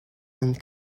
and